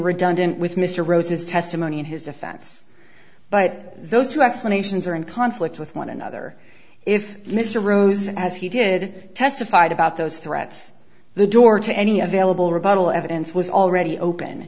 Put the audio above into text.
redundant with mr rose's testimony in his defense but those two explanations are in conflict with one another if mr rose as he did testified about those threats the door to any available rebuttal evidence was already open